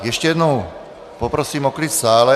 Ještě jednou poprosím o klid v sále!